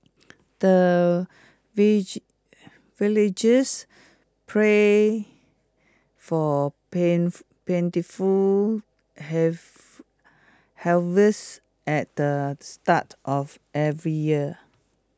the villagers pray for pen plentiful have harvest at the start of every year